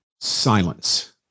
silence